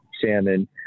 salmon